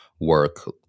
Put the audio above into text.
work